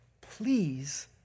please